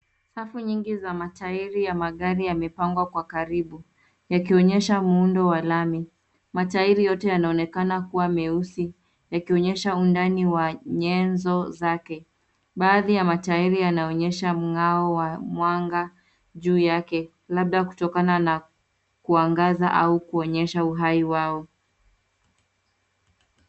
Safu nyingi ya matairi ya magari yamepangwa kwa karibu yakionyesha muundo wa lami. Matairi yote yanaonekana kuwa meusi yakionyesha undani wa nyanzo zake. Baadhi ya matairi yanaonyesha mng'ao wa mwanga juu yake labda kutokana na kuangaza au kuonyesha uhai wao.